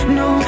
no